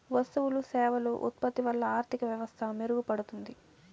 వస్తువులు సేవలు ఉత్పత్తి వల్ల ఆర్థిక వ్యవస్థ మెరుగుపడుతుంది